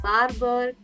Barber